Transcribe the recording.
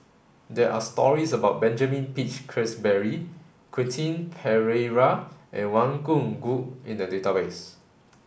there are stories about Benjamin Peach Keasberry Quentin Pereira and Wang Gungwu in the database